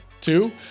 two